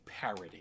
parody